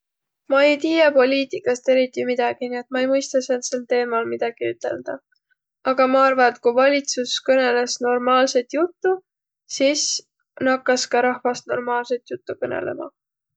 Ma ei tiiäq poliitikast eriti midägi, nii et maq ei mõistaq säändsel teemal midägi üteldäq. Aga ma arva, et ku valitsus kõnõlõs normaalsõt juttu, sis nakkas ka rahvas normaalset jutu kõnõlõma.